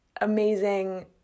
amazing